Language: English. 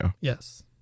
Yes